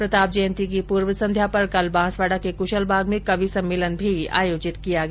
प्रताप जयंति की पूर्व संध्या पर कल बांसवाड़ा के कुशल बाग में कवि सम्मेलन भी आयोजित किया गया